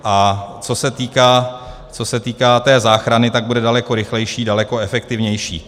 A co se týká té záchrany, tak bude daleko rychlejší, daleko efektivnější.